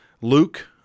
Luke